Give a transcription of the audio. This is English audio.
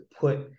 put